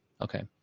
Okay